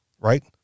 right